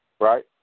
right